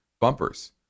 bumpers